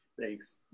Thanks